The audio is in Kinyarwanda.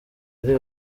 ari